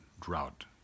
drought